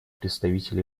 представитель